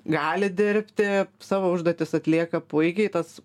gali dirbti savo užduotis atlieka puikiai tas